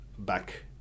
back